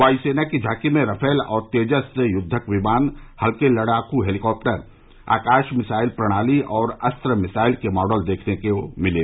वायुसेना की झांकी में राफेल और तेजस युद्वक विमान हल्के लड़ाकू हेलीकाप्टर आकाश मिसाइल प्रणाली और अस्त्र मिसाइल के मॉडल लोगों को देखने को मिले